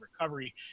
recovery